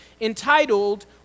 entitled